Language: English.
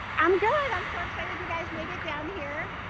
i'm good i'm so excited. you guys made it down here.